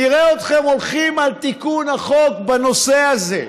נראה אתכם הולכים על תיקון החוק בנושא הזה.